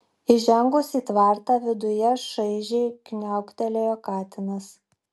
įžengus į tvartą viduje šaižiai kniauktelėjo katinas